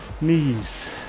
knees